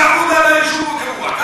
שיעברו ליישוב הקבוע,